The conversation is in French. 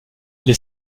les